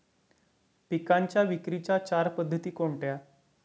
पिकांच्या विक्रीच्या चार पद्धती कोणत्या?